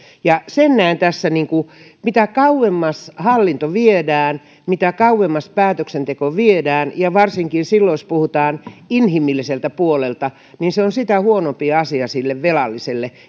sen näen tässä että mitä kauemmas hallinto viedään mitä kauemmas päätöksenteko viedään niin varsinkin silloin jos puhutaan inhimillisestä puolesta se on sitä huonompi asia sille velalliselle